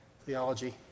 theology